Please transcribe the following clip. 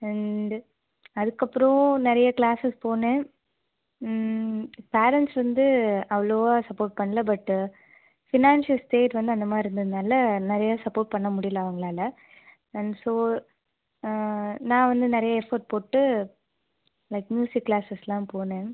and அதுக்கப்புறம் நிறைய classes போனேன் பேரெண்ட்ஸ் வந்து அவ்வளோவா சப்போர்ட் பண்ணல பட் ஃபினான்ஷியல் ஸ்டேட் வந்து அந்த மாதிரி இருந்ததனால நிறையா சப்போர்ட் பண்ண முடியல அவங்களால அண்ட் ஸோ நான் வந்து நிறைய எஃபோர்ட் போட்டு லைக் மியூசிக் க்ளாஸஸ்லாம் போனேன்